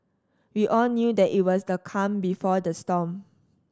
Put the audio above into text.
we all knew that it was the calm before the storm